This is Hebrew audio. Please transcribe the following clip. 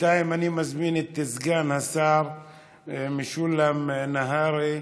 בינתיים אני מזמין את סגן השר משולם נהרי,